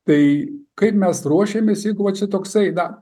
tai kaip mes ruošėmės jeigu va čia toksai na